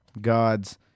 God's